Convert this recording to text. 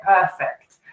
perfect